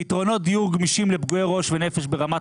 פתרונות דיור גמישים לפגועי ראש ונפש ברמת